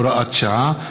הוראת שעה),